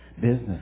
Business